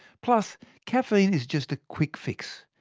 plus caffeine is just a quick fix,